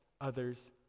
others